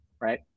right